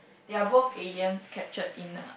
they are both aliens captured in a